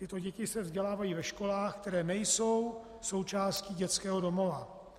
Tyto děti se vzdělávají ve školách, které nejsou součástí dětského domova.